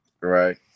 right